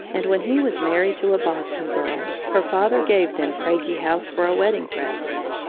and when he was married to a boston girl, her father gave them craigie house for a wedding present.